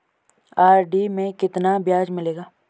RD में कितना ब्याज मिलेगा?